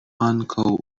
ankaŭ